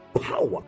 power